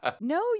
No